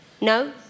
no